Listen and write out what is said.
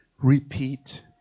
repeat